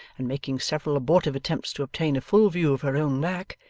and making several abortive attempts to obtain a full view of her own back,